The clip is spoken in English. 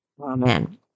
Amen